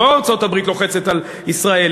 לא ארצות-הברית לוחצת על ישראל,